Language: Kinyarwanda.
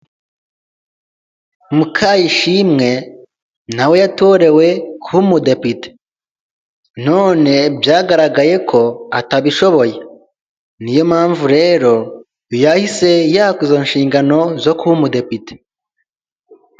Mukayishimwe nawe yatorewe kuba umudepite, none byagaragaye ko atabishoboye, niyo mpamvu rero yahise yakwa izo nshingano zo kuba umudepite.